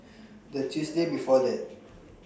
The Tuesday before that